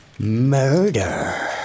Murder